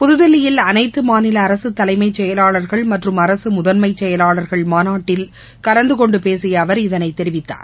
புதுதில்லியில் அனைத்தமாநிலஅரசுதலைமைச்செயலாளர்கள் மற்றும் அரசுமுதன்மைசெயலாளர்கள் மாநாட்டில் கலந்துகொண்டுபேசியஅவர் இதனைதெரிவித்தார்